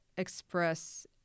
Express